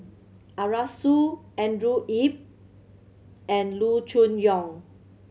Arasu Andrew Yip and Loo Choon Yong